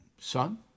son